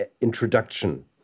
introduction